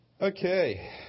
Okay